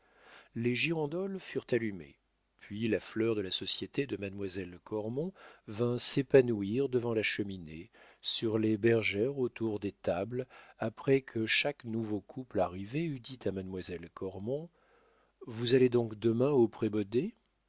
les girandoles furent allumées puis la fleur de la société de mademoiselle cormon vint s'épanouir devant la cheminée sur les bergères autour des tables après que chaque nouveau couple arrivé eut dit à mademoiselle cormon vous allez donc demain au prébaudet